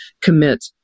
commit